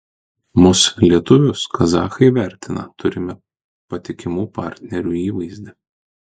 mus lietuvius kazachai vertina turime patikimų partnerių įvaizdį